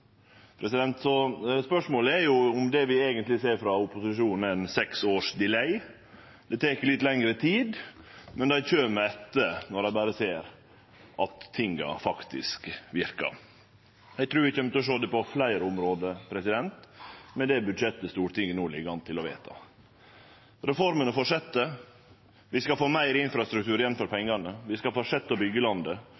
Spørsmålet er om det vi eigentleg ser frå opposisjonen, er ein seks års «delay». Det tek litt lengre tid, men dei kjem etter når dei berre ser at tinga faktisk verkar. Eg trur vi kjem til å sjå det på fleire område med det budsjettet Stortinget no ligg an til å vedta. Reformene fortset, vi skal få meir infrastruktur igjen for